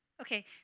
okay